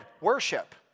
worship